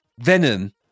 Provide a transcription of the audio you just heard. venom